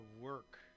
work